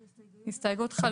תודה, ההסתייגות לא התקבלה.